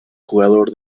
jugador